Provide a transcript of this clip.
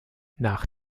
nach